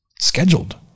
Scheduled